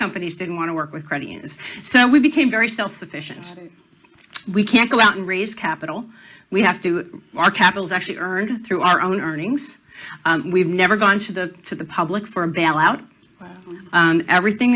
companies didn't want to work with credit unions so we became very self sufficient we can't go out and raise capital we have to our capital is actually earned through our own earnings we've never gone to the to the public for a bail out everything